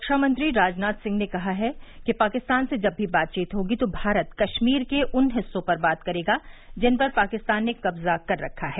रक्षामंत्री राजनाथ सिंह ने कहा है कि पाकिस्तान से जब भी बातचीत होगी तो भारत कश्मीर के उन हिस्सों पर बात करेगा जिन पर पाकिस्तान ने कब्जा कर रखा है